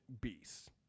beasts